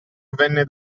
venne